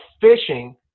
fishing